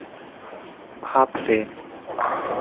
ᱵᱷᱟᱵᱛᱮ